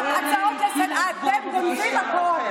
אמרתי לך, יהיו לך עוד הרבה הזדמנויות להתבייש.